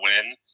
win